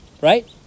Right